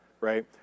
right